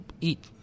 eat